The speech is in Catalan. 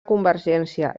convergència